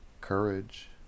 courage